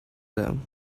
them